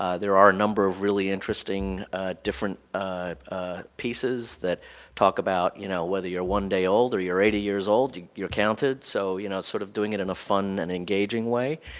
ah there are a number of really interesting different pieces that talk about, you know, whether you're one day old or eighty years old, you're counted. so you know it's sort of doing it in a fun and engaging way.